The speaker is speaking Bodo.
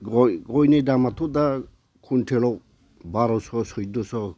गय गयनि दामाथ' दा कुइनटेलाव बारस' सैधस'